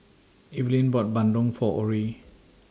Evaline bought Bandung For Orie